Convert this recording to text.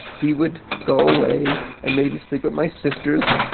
he would go away and maybe sleep at my sister's,